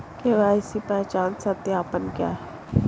KYC पहचान सत्यापन क्या है?